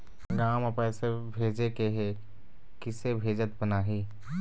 गांव म पैसे भेजेके हे, किसे भेजत बनाहि?